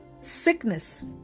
sickness